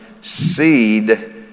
seed